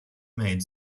made